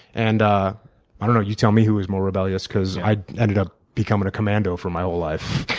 and i don't know, you tell me who was more rebellious because i ended up becoming a commando for my whole life.